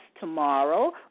Tomorrow